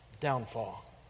downfall